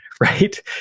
right